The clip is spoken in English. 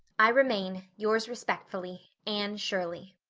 i remain, yours respectfully, anne shirley.